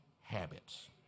habits